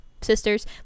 sisters